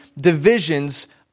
divisions